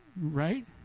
Right